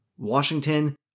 Washington